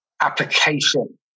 application